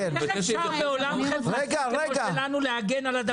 איך אפשר בעולם חברתי כמו שלנו להגן על הדבר הזה,